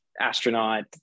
astronaut